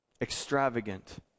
extravagant